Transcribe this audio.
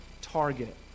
target